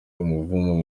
umuvumo